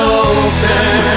open